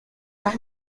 and